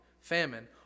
famine